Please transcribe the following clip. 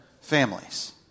families